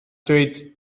ddweud